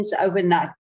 overnight